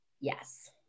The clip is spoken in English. yes